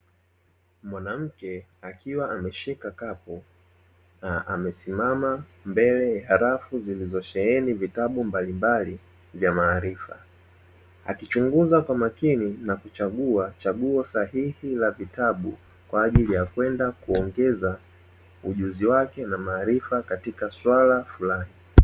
Mwanamke akiwa ameshika kapu na amesimama mbele ya rafu zilizosheheni vitabu mbalimbali vya maarifa. Akichunguza kwa makini na kuchagua chaguo sahihi la vitabu kwa ajili ya kwenda kuongeza ujuzi wake na maarifa katika swala fulani.